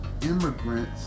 immigrants